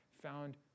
found